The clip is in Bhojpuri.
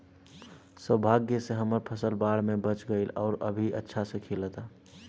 सौभाग्य से हमर फसल बाढ़ में बच गइल आउर अभी अच्छा से खिलता